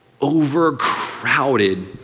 overcrowded